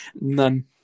None